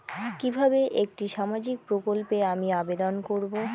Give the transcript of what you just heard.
কিভাবে একটি সামাজিক প্রকল্পে আমি আবেদন করব?